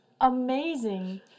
amazing